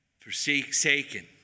forsaken